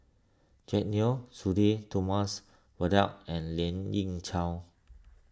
Jack Neo Sudhir Thomas and Lien Ying Chow